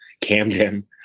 Camden